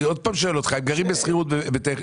טכנית, הם גרים בשכירות.